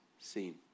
seen